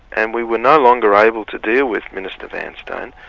and we were no longer able to deal with minister vanstone.